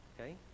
Okay